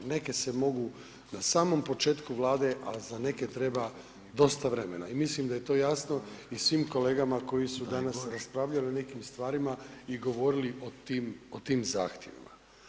Neke se mogu na samom početku vlade, a za neke treba dosta vremena i mislim da je to jasno i svim kolegama koji su danas raspravljali o nekim stvarima i govorili o tim zahtjevima.